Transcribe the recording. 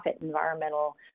environmental